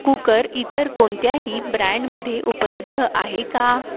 cooker इतर कोणत्याही ब्रँडमध्ये उपलब्ध आहे का